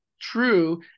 true